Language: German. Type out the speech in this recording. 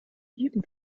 jedem